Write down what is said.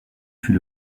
fut